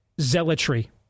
zealotry